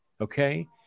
okay